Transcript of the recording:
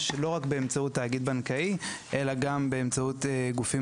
ושב לא רק באמצעות תאגיד בנקאי אלא גם באמצעות גופים